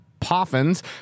Poffins